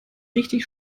richtig